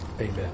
amen